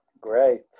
Great